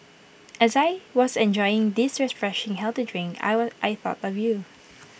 as I was enjoying this refreshing healthy drink I I thought of you